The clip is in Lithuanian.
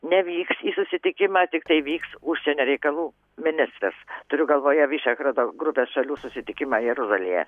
nevyks į susitikimą tiktai vyks užsienio reikalų ministras turiu galvoje vyšegrado grupės šalių susitikimą jeruzalėje